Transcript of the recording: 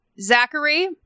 Zachary